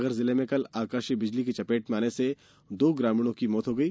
सागर जिले में कल आकाशीय बिजली की चपेट में आने से दो ग्रामीणों की मौत हो गई